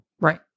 Right